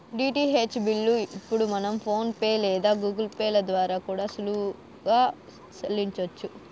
DTH bill ఇప్పుడు మనం PhonePe లేదా గూగుల్ పే ల ద్వారా కూడా సులువుగా సెల్లించొచ్చు